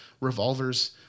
revolvers